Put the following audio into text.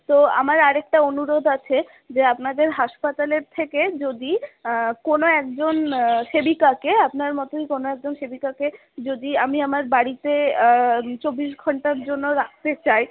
তো আমার আর একটা অনুরোধ আছে যে আপনাদের হাসপাতালের থেকে যদি কোনো একজন সেবিকাকে আপনার মতোই কোনো একজন সেবিকাকে যদি আমি আমার বাড়িতে চব্বিশ ঘন্টার জন্য রাখতে চাই